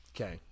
okay